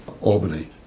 Albany